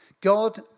God